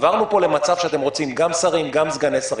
עברנו פה למצב שאתם רוצים גם שרים, גם סגני שרים.